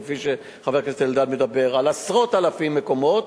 כפי שחבר הכנסת אלדד מדבר על עשרות אלפי מקומות.